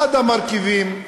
אחד המרכיבים.